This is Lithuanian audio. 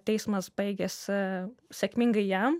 teismas baigėsi sėkmingai jam